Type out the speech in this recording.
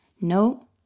no